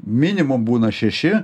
minimum būna šeši